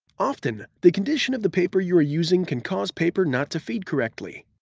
often the condition of the paper you are using can cause paper not to feed correctly.